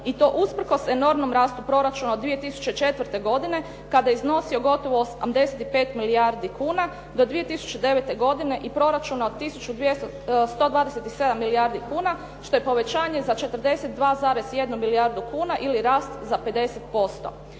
i to usprkos enormnom rastu proračuna od 2004. godine kada je iznosio gotovo 85 milijardi kuna do 2009. godine i proračuna od 127 milijardi kuna što je povećanje za 42,1 milijardu kuna ili rast za 50%.